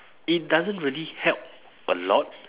it doesn't really help a lot